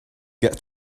get